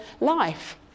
life